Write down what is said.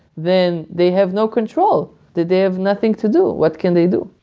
then they have no control. that they have nothing to do. what can they do?